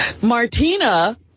Martina